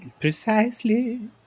Precisely